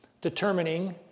determining